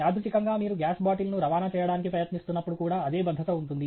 యాదృచ్ఛికంగా మీరు గ్యాస్ బాటిల్ను రవాణా చేయడానికి ప్రయత్నిస్తున్నప్పుడు కూడా అదే భద్రత ఉంటుంది